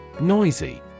Noisy